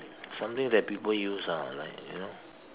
something that people use ah like you know